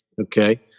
Okay